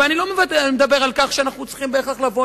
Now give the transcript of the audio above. ואני לא מדבר על כך שאנו צריכים בהכרח לבוא